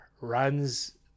runs